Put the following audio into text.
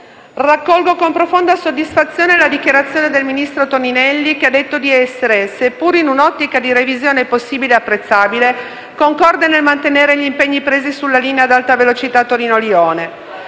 Raccolgo con profonda soddisfazione la dichiarazione del ministro Toninelli che ha detto di essere, seppur in un'ottica di revisione possibile e apprezzabile, concorde nel mantenere gli impegni presi sulla linea ad Alta Velocità Torino-Lione.